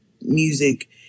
music